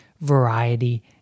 variety